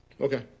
okay